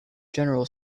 general